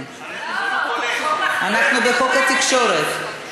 מאחורינו, אנחנו בחוק התקשורת.